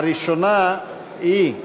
והראשונה היא: